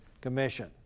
commission